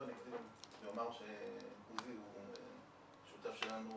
אני אקדים ואומר שעוזי הוא שותף שלנו